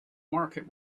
market